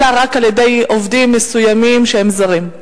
אלא על-ידי עובדים מסוימים שהם זרים.